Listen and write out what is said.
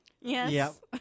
Yes